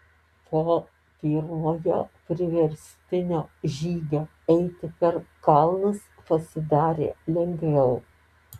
po pirmojo priverstinio žygio eiti per kalnus pasidarė lengviau